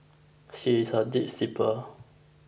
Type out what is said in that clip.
she is a deep sleeper